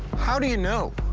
how do you know?